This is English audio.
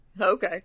Okay